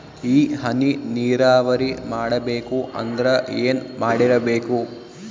ಈ ಹನಿ ನೀರಾವರಿ ಮಾಡಬೇಕು ಅಂದ್ರ ಏನ್ ಮಾಡಿರಬೇಕು?